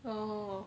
oh